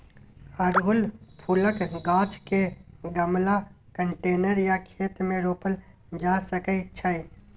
अड़हुल फुलक गाछ केँ गमला, कंटेनर या खेत मे रोपल जा सकै छै